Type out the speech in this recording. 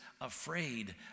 afraid